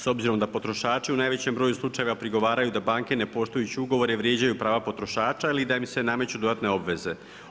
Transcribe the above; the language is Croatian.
S obzirom da potrošači u najvećem broju slučajeva prigovaraju da banke ne poštujući ugovore vrijeđaju prava potrošača ili da im se nameću dodatne obveze.